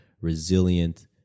resilient